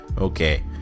okay